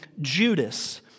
Judas